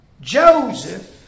Joseph